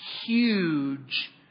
huge